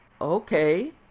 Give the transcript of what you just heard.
Okay